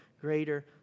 greater